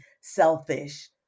selfish